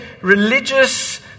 religious